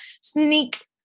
sneak